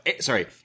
Sorry